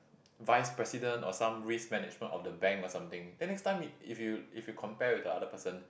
vice president or some risk management of the bank or something then next time you if you if you compare with the other person